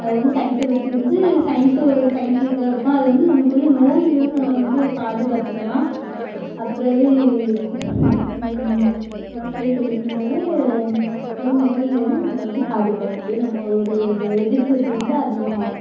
அதில் வந்து சயின்ஸை பற்றி வந்து சயின்ஸு ஒரு சயின்ஸுஸாக இருக்கும் அது வந்து நமக்கு வந்து நோயிலிருந்து நம்மளை வந்து பாதுகாத்துக்கலாம் அதுக்கு பிறகு வாசலில் தெளிக்கிறதனால அவங்க நோயிலிருந்து நம்மளை வந்து பாதுக்காத்து நம்மளுடைய எதிர்ப்பு சக்தியை வந்து அதிகமாக்கும்